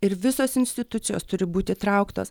ir visos institucijos turi būt įtrauktos